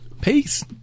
Peace